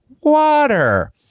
water